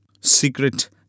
Secret